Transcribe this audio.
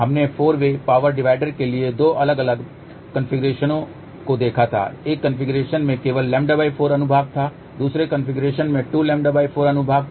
हमने four way power divider के लिए दो अलग अलग कॉन्फ़िगरेशनों को देखा था एक कॉन्फ़िगरेशन में केवल λ4 अनुभाग था दूसरे कॉन्फ़िगरेशन में 2λ4 अनुभाग था